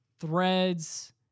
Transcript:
threads